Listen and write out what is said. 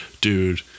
dude